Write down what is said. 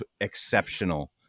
exceptional